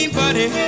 buddy